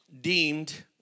deemed